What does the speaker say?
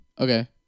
Okay